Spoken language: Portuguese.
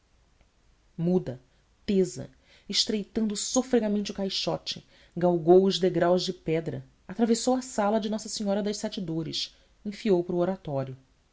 muda tesa estreitando sofregamente o caixote galgou os degraus de pedra atravessou a sala de nossa senhora das sete dores enfiou para o oratório